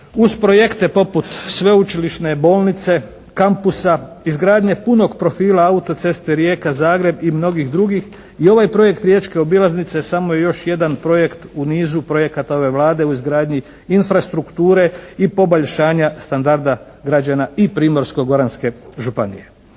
Uz projekte poput Sveučilišne bolnice, kampusa, izgradnje punog profila auto-ceste Rijeka-Zagreb i mnogih drugih, i ovaj projekt Riječke obilaznice samo je još jedan projekt u nizu projekata ove Vlade u izgradnji infrastrukture i poboljšanja standarda građana i Primorsko-goranske županije.